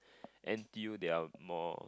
N_T_U they are more